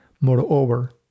Moreover